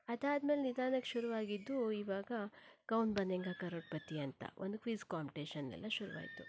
ಅದಾದ ಮೇಲೆ ನಿಧಾನಕ್ಕೆ ಶುರುವಾಗಿದ್ದು ಈವಾಗ ಕೌನ್ ಬನೇಗ ಕರೋಡ್ಪತಿ ಅಂತ ಒಂದು ಕ್ವಿಝ್ ಕಾಂಪಿಟೇಷನ್ ಶುರುವಾಯಿತು